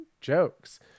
jokes